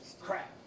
crap